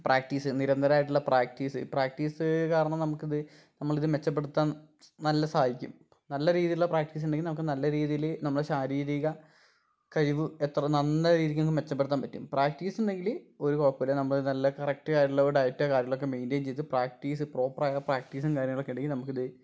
practice നിരന്തരമായിട്ടുള്ള practice practice കാരണം നമുക്കിത് നമ്മളിത് മെച്ചപ്പെടുത്താൻ നല്ല സാഹായിക്കും നല്ല രീതിയിലുള്ള പ്രാക്ടീസ് ഉണ്ടെങ്കിൽ നമുക്ക് നല്ല രീതിയില് നമ്മുടെ ശാരീരിക കഴിവ് എത്ര നന്നേ രീതിക്ക് തന്നെ മെച്ചപ്പെടുത്താൻ പറ്റും പ്രാക്ടീസ് ഉണ്ടെങ്കിൽ ഒരു കുഴപ്പവും ഇല്ല നമ്മള് നല്ല കറക്റ്റായിട്ടുള്ള ഒരു ഡയറ്റ് കാര്യങ്ങൾ ഒക്കെ മെയിൻ്റെയിൻ ചെയ്ത് പ്രാക്ടീസ് പ്രോപ്പറായ പ്രാക്ടീസും കാര്യങ്ങളും ഒക്കെ ഉണ്ടെങ്കിൽ നമുക്കിത്